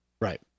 Right